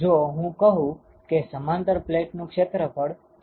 જો હું કહું કે સમાંતર પ્લેટનુ ક્ષેત્રફળ A છે